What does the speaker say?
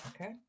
okay